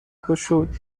گشود